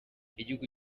igihugu